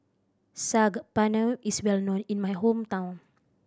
Saag Paneer is well known in my hometown